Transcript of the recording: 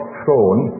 throne